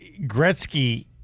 Gretzky